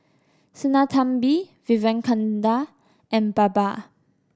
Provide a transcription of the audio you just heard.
Sinnathamby Vivekananda and Baba